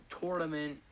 tournament